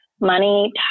money